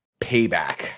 Payback